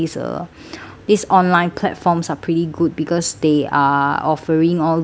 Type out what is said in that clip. this online platforms are pretty good because they are offering all these uh